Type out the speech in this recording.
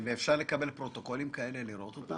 אפשר לקבל פרוטוקולים כאלה, אפשר לראות אותם?